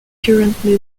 currently